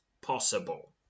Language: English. possible